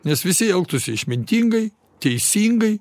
nes visi elgtųsi išmintingai teisingai